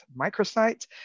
microsite